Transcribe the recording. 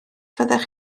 fyddech